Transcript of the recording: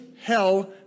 hell